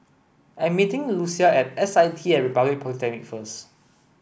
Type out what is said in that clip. I'm meeting Lucia at S I T at Republic Polytechnic first